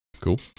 Cool